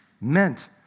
meant